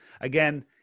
Again